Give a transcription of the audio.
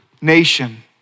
nation